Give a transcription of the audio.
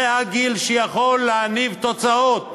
זה הגיל שיכול להניב תוצאות,